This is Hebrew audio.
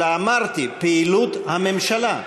אלא אמרתי: פעילות הממשלה.